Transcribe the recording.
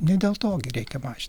ne dėl to reikia mažint